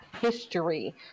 history